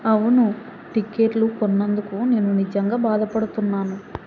అవును టికెట్లు కొన్నందుకు నేను నిజంగా బాధపడుతున్నాను